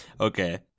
Okay